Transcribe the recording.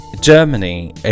Germany